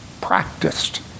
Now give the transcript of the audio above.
practiced